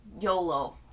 YOLO